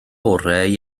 orau